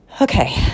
Okay